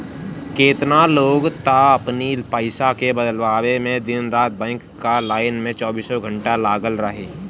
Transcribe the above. केतना लोग तअ अपनी पईसा के बदलवावे में दिन रात बैंक कअ लाइन में चौबीसों घंटा लागल रहे